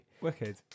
wicked